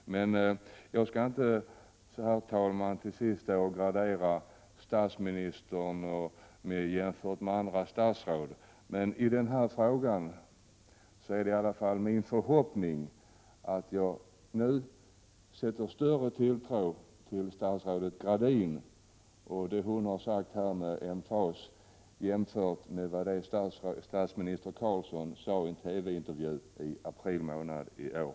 Herr talman! Jag skall emellertid inte jämföra statsministern med andra statsråd. När det gäller denna fråga är det i alla fall min förhoppning att jag nu skall kunna sätta större tilltro till statsrådet Gradin och vad hon här har sagt med emfas, än till vad statsminister Carlsson sade i en TV-intervju i april månad i år.